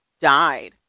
died